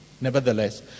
Nevertheless